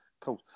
Cool